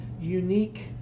unique